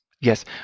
Yes